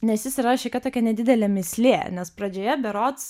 nes jis yra šiokia tokia nedidelė mįslė nes pradžioje berods